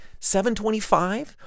$7.25